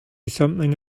something